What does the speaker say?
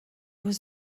was